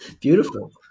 Beautiful